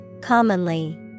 Commonly